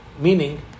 Meaning